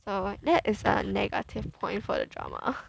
so that is a negative point for the drama